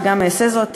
וגם אעשה זאת,